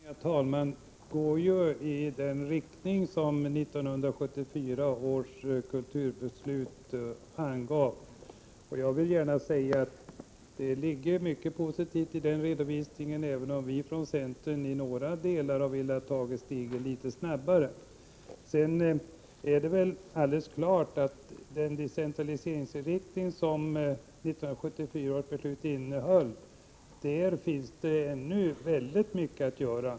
Herr talman! Statsrådet Göranssons redovisning går ju i den riktning som 1974 års kulturbeslut angav. Jag vill gärna säga att det ligger mycket positivt i den redovisningen, även om vi från centern i några delar velat ta stegen litet snabbare. Sedan är det väl alldeles klart att det ännu finns mycket att göra när det gäller den decentraliseringsinriktning som fanns i 1974 års beslut.